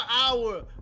hour